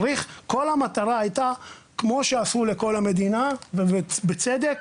כל המטרה הייתה כמו שעשו לכל המדינה ובצדק,